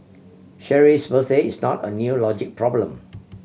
Cheryl's birthday is not a new logic problem